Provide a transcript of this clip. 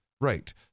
Right